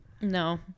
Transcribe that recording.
No